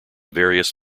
various